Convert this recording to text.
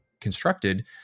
constructed